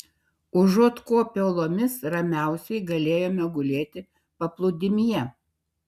užuot kopę uolomis ramiausiai galėjome gulėti paplūdimyje